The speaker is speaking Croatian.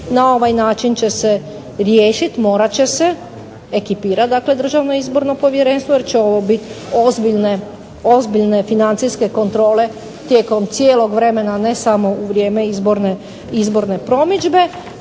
na ovaj način će se riješiti, morat će se ekipirati DIP je će ovo biti ozbiljne financijske kontrole tijekom cijelog vremena, a ne samo u vrijeme izborne promidžbe.